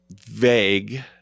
vague